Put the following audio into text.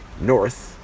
North